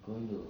going to